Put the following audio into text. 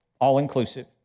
all-inclusive